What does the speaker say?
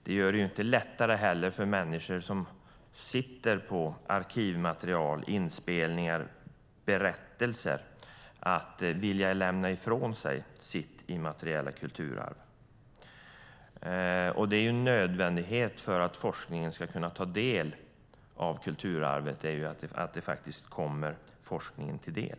Det gör det heller inte lättare för människor som sitter på arkivmaterial, inspelningar och berättelser att vilja lämna ifrån sig sitt immateriella kulturarv, vilket är en förutsättning för att det ska komma forskningen till del.